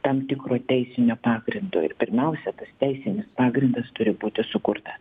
tam tikro teisinio pagrindo ir pirmiausia tas teisinis pagrindas turi būti sukurta